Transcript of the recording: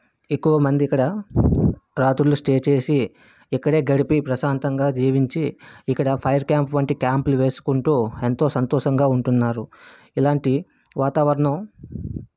ఎక్కువ మంది ఇక్కడ రాత్రులు స్టే చేసి ఇక్కడే గడిపి ప్రశాంతంగా జీవించి ఇక్కడ ఫైర్ క్యాంప్ వంటి క్యాంపులు వేసుకుంటూ ఎంతో సంతోషంగా ఉంటున్నారు ఇలాంటి వాతావరణం